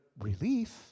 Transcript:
relief